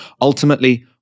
Ultimately